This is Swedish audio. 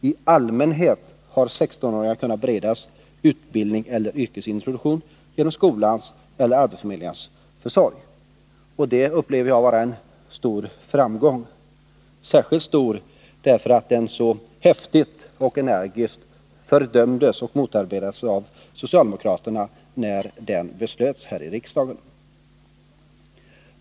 I allmänhet har 16-åringarna kunnat beredas utbildning eller yrkesintroduktion genom skolans eller arbetsförmedlingens försorg. Detta upplever jag som en stor framgång, särskilt stor därför att den så häftigt och energiskt fördömdes och motarbetades av socialdemokraterna när beslutet fattades här i riksdagen.